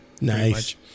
nice